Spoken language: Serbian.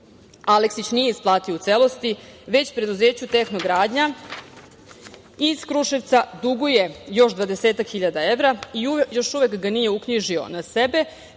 Aleksić nije isplatio u celosti, već preduzeću „Tehnogradnja“ iz Kruševca duguje još dvadesetak hiljada evra i još uvek ga nije uknjižio na sebe,